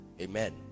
amen